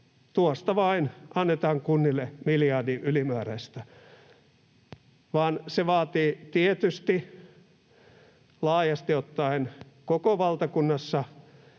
tuosta vain, annetaan kunnille miljardi ylimääräistä, vaan se vaatii tietysti laajasti ottaen koko valtakunnassa